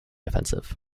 offensive